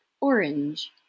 orange